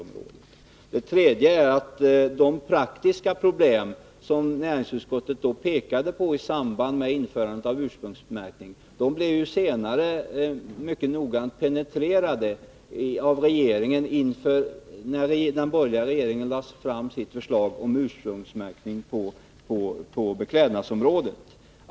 För det tredje: De praktiska problem som näringsutskottet pekade på i samband med ett införande av ursprungsmärkning blev senare mycket noggrant penetrerade av den borgerliga regeringen innan den lade fram sitt förslag till ursprungsmärkning på beklädnadsområdet.